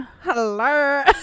Hello